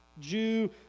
Jew